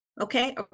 Okay